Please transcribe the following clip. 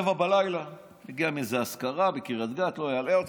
02:15, מגיע מאיזו אזכרה בקריית גת, לא אלאה אתכם,